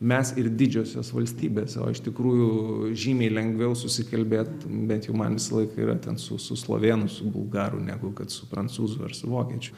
mes ir didžiosios valstybės o iš tikrųjų žymiai lengviau susikalbėt bent jau man visą laiką yra ten su su slovėnu su bulgaru negu kad su prancūzu ar su vokiečiu